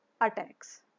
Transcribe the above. attacks